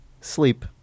sleep